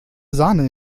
sahne